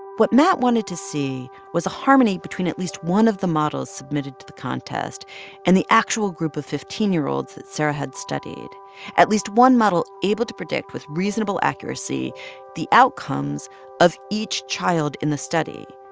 what matt wanted to see was a harmony between at least one of the models submitted to the contest and the actual group of fifteen year olds that sara had studied at least one model able to predict with reasonable accuracy the outcomes of each child in the study,